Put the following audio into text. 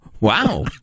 Wow